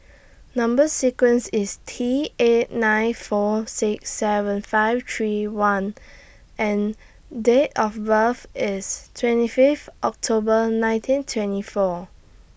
Number sequence IS T eight nine four six seven five three one and Date of birth IS twenty Fifth October nineteen twenty four